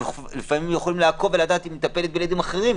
לפעמים הם יכולים לעקוב ולדעת אם היא מטפלת בילדים אחרים.